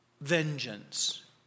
vengeance